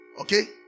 okay